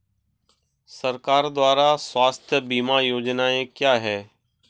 सरकार द्वारा स्वास्थ्य बीमा योजनाएं क्या हैं?